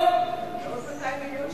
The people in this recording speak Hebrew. ועוד 200 מיליון ש"ח.